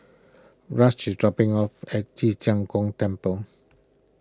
Rush is dropping off at Ci Zheng Gong Temple